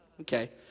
okay